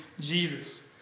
Jesus